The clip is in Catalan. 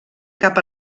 cap